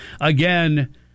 Again